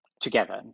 together